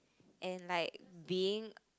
and like being